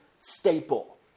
staple